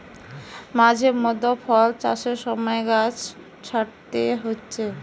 মাঝে মধ্যে ফল চাষের সময় গাছ ছাঁটতে হচ্ছে